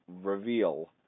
reveal